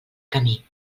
camí